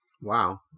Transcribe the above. wow